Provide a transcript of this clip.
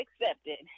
accepted